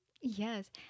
Yes